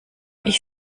ich